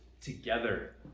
together